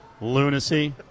Lunacy